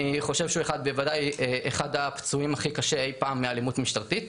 אני חושב שהוא בוודאי אחד הפצועים הכי קשה אי פעם מאלימות משטרתית.